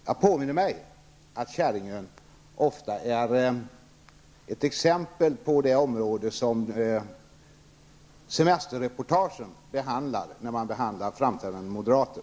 Jag påminner om att Kärringön ofta är platsen för semesterreportage om framträdande moderater.